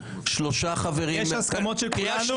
שלושה חברים --- יש הסכמות של כולנו.